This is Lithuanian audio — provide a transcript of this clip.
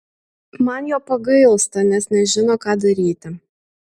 man jo pagailsta nes nežino ką daryti